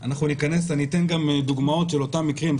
אנחנו ניכנס ואני אתן גם דוגמאות של אותם המקרים,